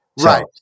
Right